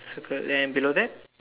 circle then below that